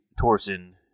Torsen